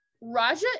Raja